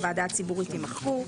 הוועדה הציבורית)," יימחקו,